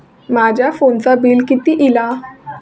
माझ्या फोनचा बिल किती इला?